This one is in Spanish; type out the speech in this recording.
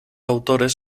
autores